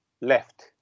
left